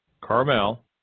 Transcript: Carmel